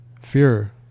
fear